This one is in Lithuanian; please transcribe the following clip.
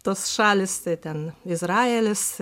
tos šalys tai ten izraelis